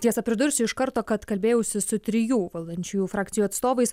tiesa pridursiu iš karto kad kalbėjausi su trijų valdančiųjų frakcijų atstovais